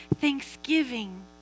thanksgiving